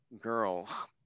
girls